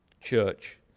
Church